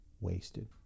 wasted